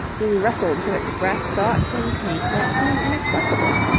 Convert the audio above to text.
he wrestled to express thoughts in paint that seem inexpressible.